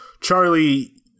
charlie